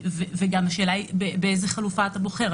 השאלה היא גם באיזו חלופה אתה בוחר.